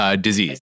disease